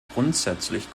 grundsätzlich